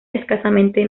escasamente